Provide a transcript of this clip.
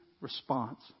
response